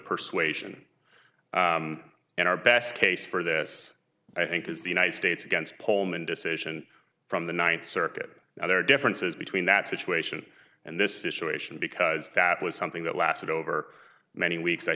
persuasion in our best case for this i think is the united states against coleman decision from the ninth circuit now there are differences between that situation and this issue ation because that was something that lasted over many weeks i